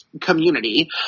community